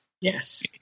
Yes